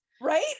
Right